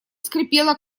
скрипело